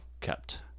kept